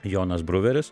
jonas bruveris